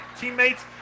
teammates